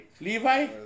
Levi